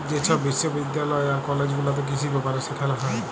যে ছব বিশ্ববিদ্যালয় আর কলেজ গুলাতে কিসি ব্যাপারে সেখালে হ্যয়